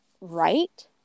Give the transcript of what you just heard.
right